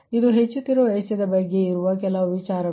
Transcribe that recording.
ಆದ್ದರಿಂದ ಇದು ಹೆಚ್ಚುತ್ತಿರುವ ವೆಚ್ಚದ ಬಗ್ಗೆ ಇರುವ ಕೆಲವು ವಿಚಾರಗಳು